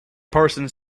parsons